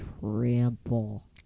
trample